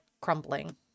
crumbling